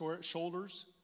shoulders